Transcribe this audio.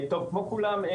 כמו כולם,